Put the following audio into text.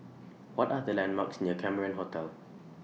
What Are The landmarks near Cameron Hotel